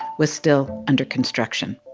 was still under construction.